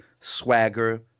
swagger